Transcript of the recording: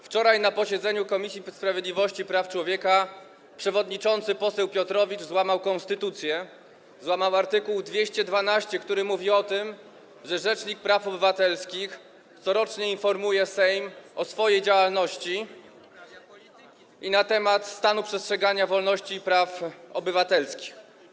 Wczoraj na posiedzeniu Komisji Sprawiedliwości i Praw Człowieka przewodniczący poseł Piotrowicz złamał konstytucję, złamał art. 212, który mówi o tym, że rzecznik praw obywatelskich corocznie informuje Sejm o swojej działalności i na temat stanu przestrzegania wolności i praw obywatelskich.